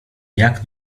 jak